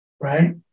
right